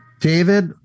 David